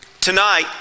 Tonight